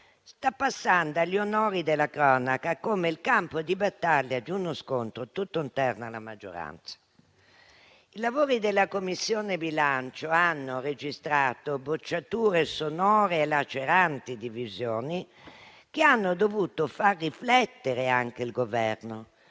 sta passando agli onori della cronaca come il campo di battaglia di uno scontro tutto interno alla maggioranza. I lavori della Commissione bilancio hanno registrato bocciature sonore e laceranti divisioni, che hanno dovuto far riflettere anche il Governo,